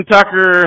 Tucker